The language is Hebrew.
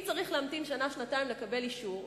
אם צריך להמתין שנה-שנתיים לקבל אישור,